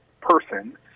person